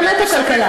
אתה מדבר נטו כלכלה.